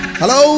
Hello